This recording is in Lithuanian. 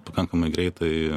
pakankamai greitai